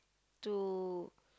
to